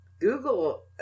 Google